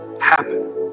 happen